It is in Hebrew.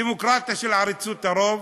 דמוקרטיה של עריצות הרוב,